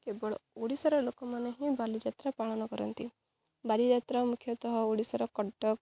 କେବଳ ଓଡ଼ିଶାର ଲୋକମାନେ ହିଁ ବାଲିଯାତ୍ରା ପାଳନ କରନ୍ତି ବାଲିଯାତ୍ରା ମୁଖ୍ୟତଃ ଓଡ଼ିଶାର କଟକ